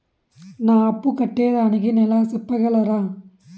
నా అప్పు కట్టేదానికి నెల సెప్పగలరా?